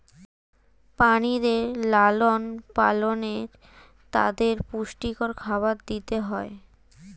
প্রাণীদের লালন পালনে তাদের পুষ্টিকর খাবার দিতে হয়